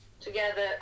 together